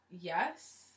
yes